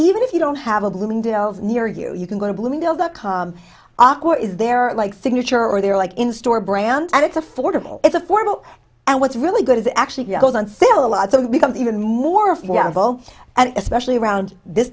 even if you don't have a bloomingdale's near you you can go to bloomingdale's dot com awkward is there like signature or they're like in store brand and it's affordable it's a formal and what's really good is actually goes on still a lot so becomes even more affordable and especially around this